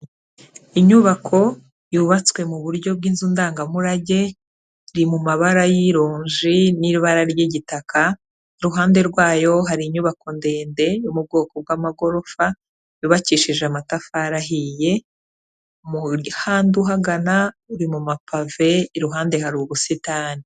Inyubako yubatswe mu buryo bw'inzu ndangamurage, iri mu mabara y'ironji n'ibara ry'igitaka, iruhande rwayo hari inyubako ndende yo mu bwoko bw'amagorofa, yubakishije amatafari ahiye, umuhanda uhagana uri mu mapave, iruhande hari ubusitani.